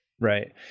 Right